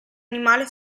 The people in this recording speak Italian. animale